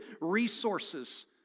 resources